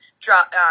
drop